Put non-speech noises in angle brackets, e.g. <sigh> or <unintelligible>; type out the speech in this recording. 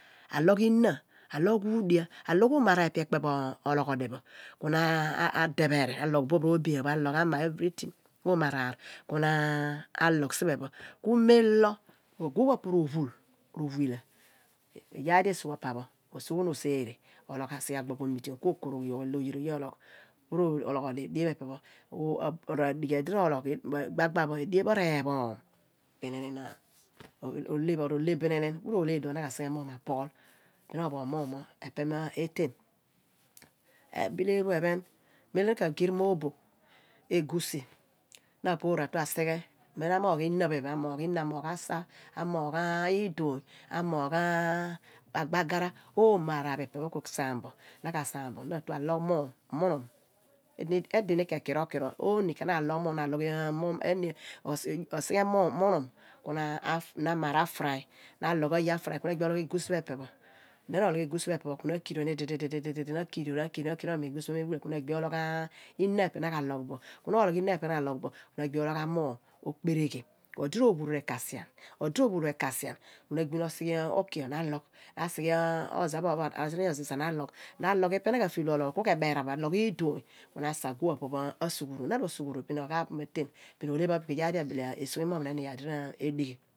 Alogh inna alogh wuudia alogh oomo araar ipe ekpe bo ologhodi ku na depheri alogh boph roobian aloqh amayi everything oomo akar ku na alogh siphe pho ku mem lo aguuph opo rophul owila iyaar di esugha pa pho obuqhuron ojereh osique si gbagba ku okorogh yogh olo oyeroye ro loghodi gbagba edien pho reepham bin roleh bininin ku roleh iduo pho na sique muum apughul rophughol mum mo epe meh ten ebile eru ephen mem lo na ka giir mooboph egusi na poratu asiqhe na ma moqh innah, phiphe amoqh idoonyi amogh gbagara oomo araar ipe kosaamo na tu loqh mum munum edini khen kiro kiro ooni kheni na logh mum <unintelligible> ko sique munum ku na maar faray na logh ayo afaray ku na agbi ologh egusi pho epe pho na ro logh equsi pho epe pho ku na akirion idi di di di di na karion akarion akirion na ro miin meh equsi pho meh wila ku na agbi ologh innah ipe na ka logh ku na agbi ologh amum okperegh ku odi rophal rekinsia ku na gbi osiqhe ukio na logh na sique rinya oziza na logh na logh ipe na ka feel pho ologh pho ka ke beran bo nyina na logh idoonyi ku sa guugh pho opo pho asughuron na ro sughuron bin oqhagh pho po ma ten bin oleh ku iyaar di ebile esuqua bin imoghmun enon iyaar di ebile rediqhi.